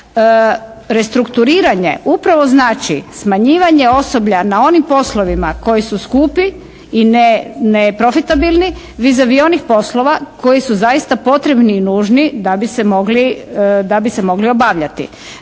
Restrukturiranje upravo znači smanjivanje osoblja na onim poslovima koji su skupi i neprofitabilni «vis avis» onih poslova koji su zaista potrebni i nužni da bi se mogli obavljati.